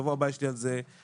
שבוע הבא יש לי על זה דיון.